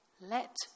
let